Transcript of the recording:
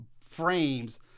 frames